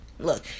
Look